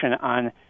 on